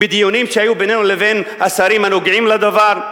בדיונים שהיו בינינו לבין השרים הנוגעים בדבר.